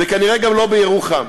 וכנראה גם לא בירוחם?